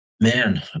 Man